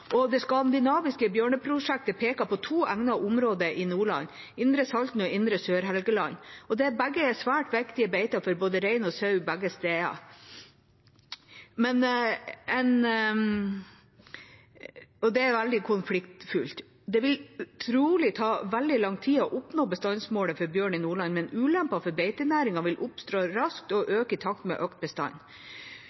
Det skandinaviske bjørneprosjektet peker på to andre områder i Nordland, indre Salten og indre Sør-Helgeland. Begge steder er svært viktige beiter for både rein og sau, og det er veldig konfliktfullt. Det vil trolig ta veldig lang tid å oppnå bestandsmålet for bjørn i Nordland, men ulemper for beitenæringen vil oppstå raskt og